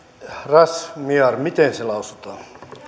razmyar miten se lausutaan